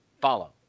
follow